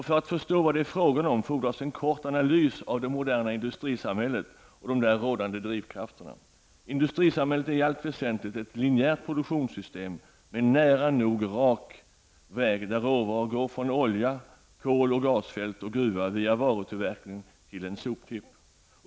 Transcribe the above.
För att förstå vad det är fråga om fordras en kort analys av det moderna industrisamhället och de där rådande drivkrafterna. Industrisamhället är i allt väsentligt ett linjärt produktionssystem med en nära nog rak väg, där råvaror går från olje-, koloch gasfält och gruva via varutillverkning till soptipp.